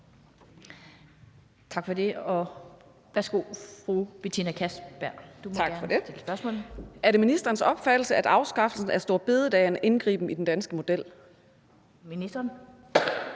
Er det ministerens opfattelse, at afskaffelsen af store bededag er en indgriben i den danske model? Kl.